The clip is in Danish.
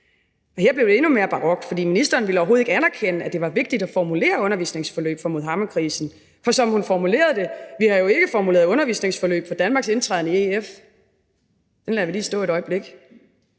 Men her blev det endnu mere barokt, for ministeren ville overhovedet ikke anerkende, at det var vigtigt at formulere undervisningsforløb for Muhammedkrisen. For som hun formulerede det: Vi har jo ikke formuleret undervisningsforløb for Danmarks indtræden i EF. Den lader vi lige stå et øjeblik.